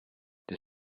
the